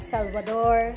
Salvador